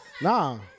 Nah